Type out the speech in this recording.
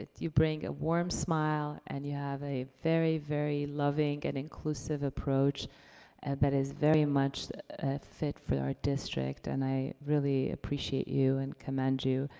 you bring a warm smile, and you have a very, very loving and inclusive approach that is very much a fit for our district. and i really appreciate you and commend you.